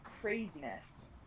craziness